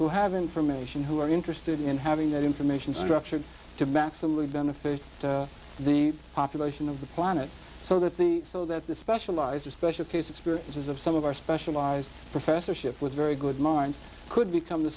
to have information who are interested in having that information structured to maximally benefit the population of the planet so that the so that the specialized a special case experience is of some of our specialized professorship with very good minds could become the